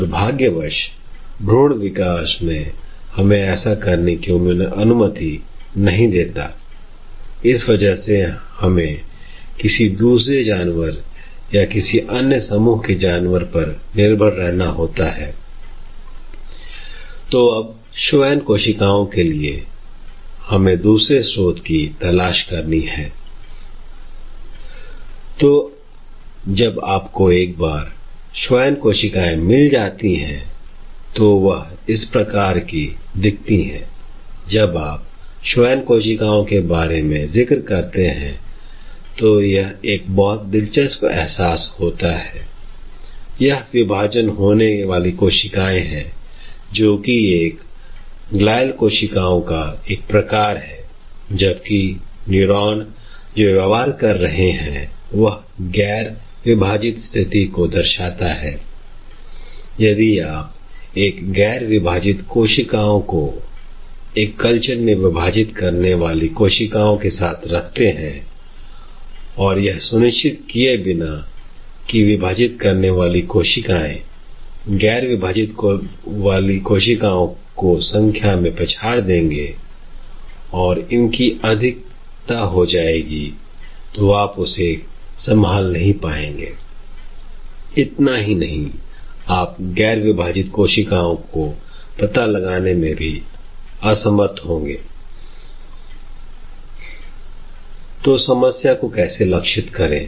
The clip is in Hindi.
दुर्भाग्यवश भ्रूण विकास हमें ऐसा करने की अनुमति नहीं देता इस वजह से हमें किसी दूसरे जानवर या किसी अन्य समूह की जानवर पर निर्भर रहना होगा I तो अब SCHWANN कोशिकाओं के लिए हमें दूसरे स्रोत की तलाश करनी है I तो जब आपको एक बार SCHWANN कोशिकाएं मिल जाती हैं तो वह इस प्रकार की दिखती है I जब आप SCHWANN कोशिकाओं के बारे में जिक्र करते हैं तो एक बहुत दिलचस्प एहसास होता है I यह विभाजित होने वाली कोशिकाएं हैं जोकि एक GLIAL कोशिकाओं का एक प्रकार है जबकि न्यूरॉन जो व्यवहार कर रहे हैं वह गैर विभाजित स्थिति को दर्शाता हैं I यदि आप एक गैर विभाजित कोशिकाओं को एक कल्चर में विभाजित करने वाली कोशिकाओं के साथ रखते हैं और यह सुनिश्चित किए बिना की विभाजित करने वाली कोशिकाएं गैर विभाजित कोशिकाओं को संख्या में पछाड़ देंगे और इतनी अधिक हो जाएंगी कि आप उसे संभाल नहीं पाएंगे I इतना ही नहीं आप गैर विभाजित कोशिकाओं को पता लगाने में भी असमर्थ होंगे I तो समस्या को कैसे लक्षित करें